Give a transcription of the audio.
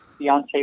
Beyonce